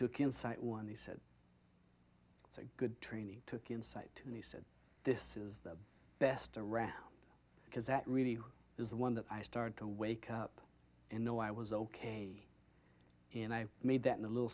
took insight one they said it's a good training took insight and he said this is the best around because that really is the one that i started to wake up and know i was ok and i made that in a little